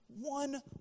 One